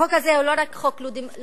החוק הזה הוא לא רק חוק לא דמוקרטי,